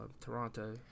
Toronto